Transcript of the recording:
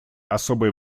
особое